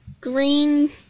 green